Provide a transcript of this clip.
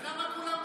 אז למה כולם בוכים?